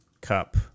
cup